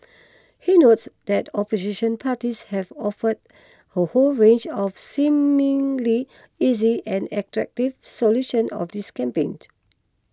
he notes that opposition parties have offered a whole range of seemingly easy and attractive solutions of this campaign